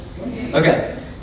Okay